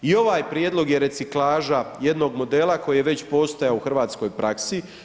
I ovaj prijedlog je reciklaža jednog modela koji je već postojao u hrvatskoj praksi.